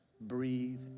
breathe